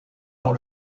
dans